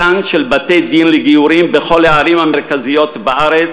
בתי-דין לגיורים בכל הערים המרכזיות בארץ,